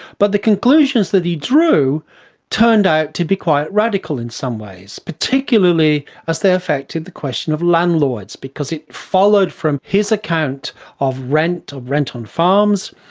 but the conclusions that he drew turned out to be quite radical in some ways, particularly as they affected the question of landlords because it followed from his account of rent, of rent on farms,